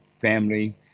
family